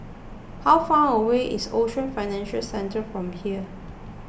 how far away is Ocean Financial Centre from here